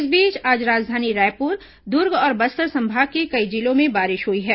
इस बीच आज राजधानी रायपुर दुर्ग और बस्तर संभाग के कई जिलों में बारिश हुई है